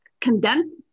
condense